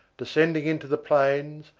descending into the plains,